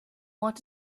want